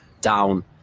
down